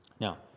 Now